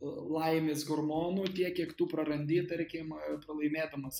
laimės hormonų tiek kiek tu prarandi tarkim pralaimėdamas